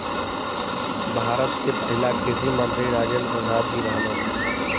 भारत के पहिला कृषि मंत्री राजेंद्र प्रसाद जी रहने